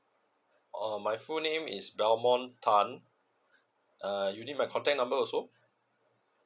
uh my full name is melbon tan uh you need my contact number also